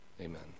Amen